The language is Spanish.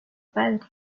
padre